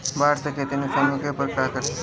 बाढ़ से खेती नुकसान होखे पर का करे?